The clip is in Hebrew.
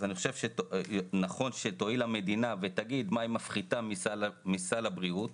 אז אני חושב שנכון שתואיל המדינה ותגיד מה היא מפחיתה מסל הבריאות,.